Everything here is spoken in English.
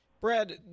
Brad